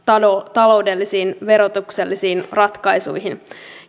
taloudellisiin verotuksellisiin ratkaisuihin